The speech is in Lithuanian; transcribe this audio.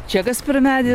čia kas per medį